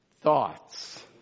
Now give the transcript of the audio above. thoughts